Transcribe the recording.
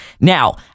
Now